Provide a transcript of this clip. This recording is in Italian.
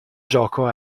gioco